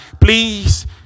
please